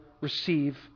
receive